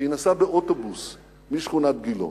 כי היא נסעה באוטובוס משכונת גילה,